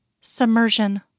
Submersion